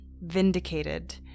vindicated